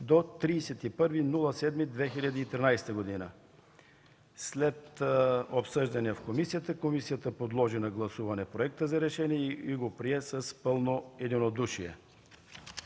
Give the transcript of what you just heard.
до 31 юли 2013 г. След обсъждане комисията подложи на гласуване Проекта за решение и го прие с пълно единодушие.”